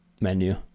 menu